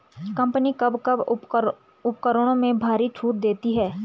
Company कब कब उपकरणों में भारी छूट देती हैं?